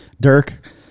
Dirk